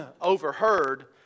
overheard